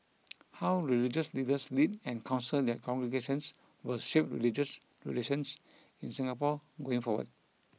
how religious leaders lead and counsel their congregations will shape religious relations in Singapore going forward